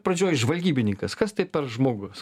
pradžioj žvalgybininkas kas tai per žmogus